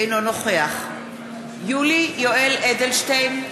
אינו נוכח יולי יואל אדלשטיין,